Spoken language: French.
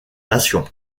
nations